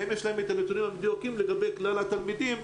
האם יש להם את הנתונים המדויקים לגבי כלל התלמידים?